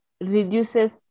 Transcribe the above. reduces